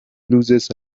loses